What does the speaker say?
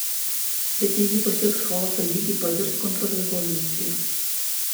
bet jei ji pasieks chaoso lygį pavirs kontrrevoliucija